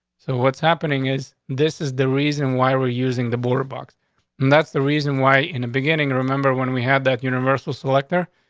so what's happening is this is the reason why we're using the border box. and that's the reason why in the beginning, remember when we had that universal selector,